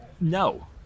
No